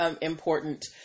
important